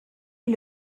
est